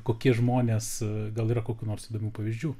kokie žmonės gal yra kokių nors įdomių pavyzdžių